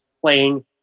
playing